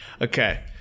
Okay